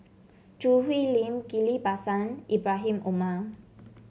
Choo Hwee Lim Ghillie Basan Ibrahim Omar